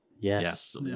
Yes